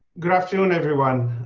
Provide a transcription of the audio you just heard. good afternoon everyone.